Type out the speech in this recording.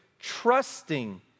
trusting